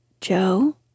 Joe